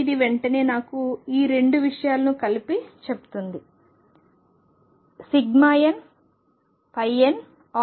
మరియు ఇది వెంటనే నాకు ఈ 2 విషయాలను కలిపి చెబుతుంది nnxnxδx x